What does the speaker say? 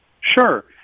Sure